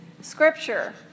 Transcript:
scripture